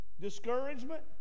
discouragement